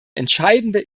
entscheidende